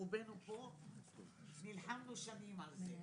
רובנו פה נלחמנו שנים על זה.